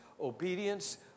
obedience